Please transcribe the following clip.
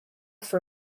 for